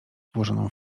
włożoną